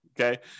Okay